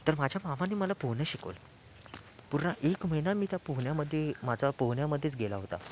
तर माझ्या मामाने मला पोहणं शिकवलं पूर्ण एक महिना मी त्या पोहण्यामध्ये माझा पोहण्यामध्येच गेला होता